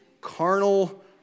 carnal